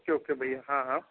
okay okay भैया हाँ हाँ